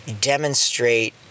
demonstrate